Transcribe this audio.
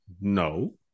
No